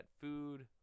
food